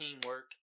teamwork